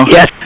Yes